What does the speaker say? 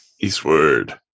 Eastward